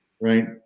right